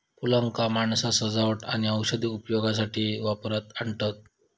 फुलांका माणसा सजावट आणि औषधी उपयोगासाठी वापरात आणतत